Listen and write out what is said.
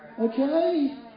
Okay